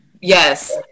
Yes